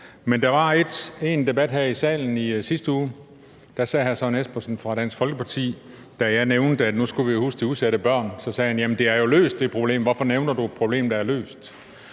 men der var en debat her i salen i sidste uge, hvor hr. Søren Espersen fra Dansk Folkeparti, da jeg nævnte, at nu skulle vi huske de udsatte børn, sagde: Jamen det problem er jo løst – hvorfor nævner du et problem, der er løst?